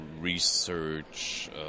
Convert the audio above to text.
research